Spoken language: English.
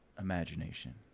imagination